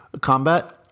combat